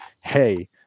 hey